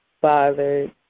bothered